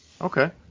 okay